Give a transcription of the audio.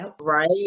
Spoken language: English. right